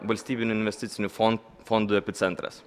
valstybinių investicinių fon fondų epicentras